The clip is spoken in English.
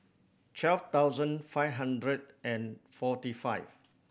twelve thousand five hundred and forty five